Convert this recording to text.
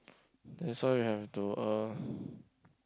that's why we have to uh